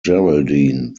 geraldine